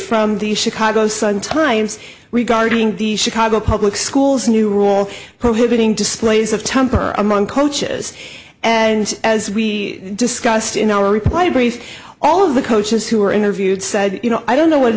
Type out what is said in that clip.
from the chicago sun times regarding the chicago public schools new rule prohibiting displays of temper among coaches and as we discussed in our reply brief all of the coaches who were interviewed said you know i don't know